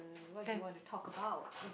uh what do you want to talk about